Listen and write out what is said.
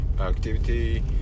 activity